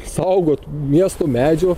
saugot miesto medžio